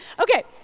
Okay